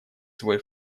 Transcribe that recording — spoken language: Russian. свой